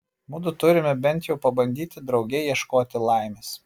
mudu turime bent jau pabandyti drauge ieškoti laimės